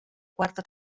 quarta